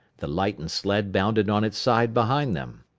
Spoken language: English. the lightened sled bounded on its side behind them.